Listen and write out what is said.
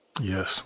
Yes